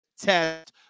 test